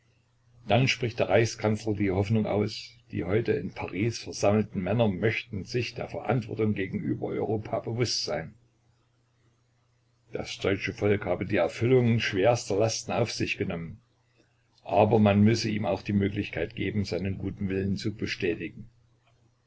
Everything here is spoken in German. dann spricht der reichskanzler die hoffnung aus die heute in paris versammelten männer möchten sich der verantwortung gegenüber europa bewußt sein das deutsche volk habe die erfüllung schwerster lasten auf sich genommen aber man müsse ihm auch die möglichkeit geben seinen guten willen zu betätigen